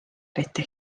eriti